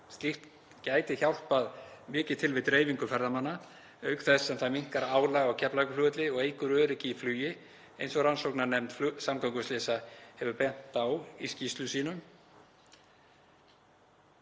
Slíkt gæti hjálpað mikið til við dreifingu ferðamanna auk þess sem það minnkar álag á Keflavíkurflugvelli og eykur öryggi í flugi eins og rannsóknarnefnd samgönguslysa hefur bent á í skýrslum sínum.